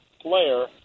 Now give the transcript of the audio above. player